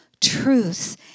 truths